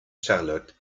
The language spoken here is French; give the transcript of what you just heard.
charlotte